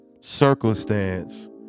Circumstance